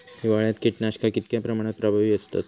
हिवाळ्यात कीटकनाशका कीतक्या प्रमाणात प्रभावी असतत?